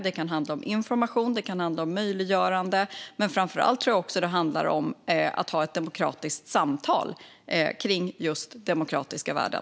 Det kan handla om information och om möjliggörande, men framför allt tror jag att det handlar om att ha ett demokratiskt samtal kring just demokratiska värden.